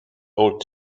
old